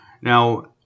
Now